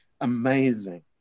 amazing